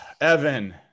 Evan